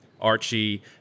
Archie